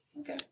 Okay